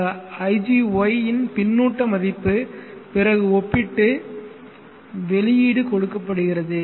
இந்த igY இன் பின்னூட்ட மதிப்பு பிறகு ஒப்பிட்டு வெளியீடு கொடுக்கப்படுகிறது